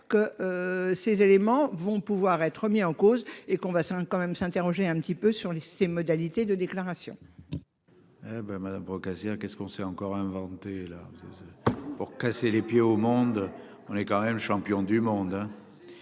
que. Ces éléments vont pouvoir être remis en cause et qu'on va s'quand même s'interroger un petit peu sur les ses modalités de déclaration. Ouais ben madame. Qu'est-ce qu'on sait encore. Là. Pour casser les pieds au monde. On est quand même champion du monde